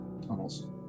Tunnels